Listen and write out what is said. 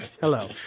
hello